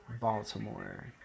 Baltimore